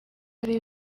ari